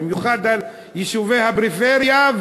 במיוחד על יישובי הפריפריה,